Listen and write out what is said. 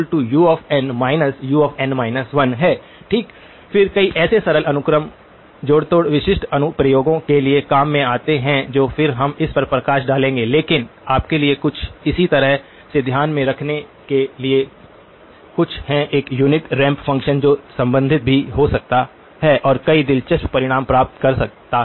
तो δnun un 1 है ठीक फिर कई ऐसे सरल अनुक्रम जोड़तोड़ विशिष्ट अनुप्रयोगों के लिए काम में आते हैं और फिर हम इस पर प्रकाश डालेंगे लेकिन आपके लिए कुछ इसी तरह से ध्यान में रखने के लिए कुछ है एक यूनिट रैंप फ़ंक्शन जो संबंधित भी हो सकता है और कई दिलचस्प परिणाम प्राप्त कर सकता है